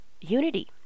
unity